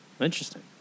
Interesting